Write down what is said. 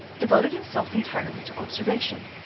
devoted himself entirely to observation.